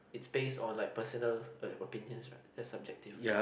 is based on like personal opinion right that's subjective